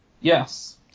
Yes